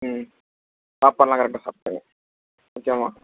ம் சாப்பாடெலாம் கரெக்டா சாப்பிடுங்க ஓகேவாம்மா